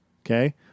okay